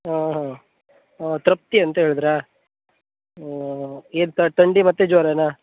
ಹಾಂ ಹಾಂ ಹಾಂ ತೃಪ್ತಿ ಅಂತ ಹೇಳಿದ್ರ ಎಂಥ ಥಂಡಿ ಮತ್ತು ಜ್ವರವ